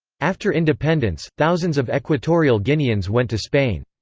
after independence, thousands of equatorial guineans went to spain.